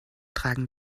tragen